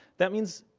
that means,